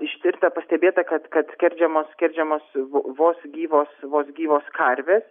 ištirta pastebėta kad kad skerdžiamos skerdžiamos vos gyvos vos gyvos karvės